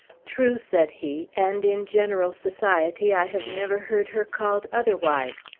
true, said he and in general society i have never heard her called otherwise.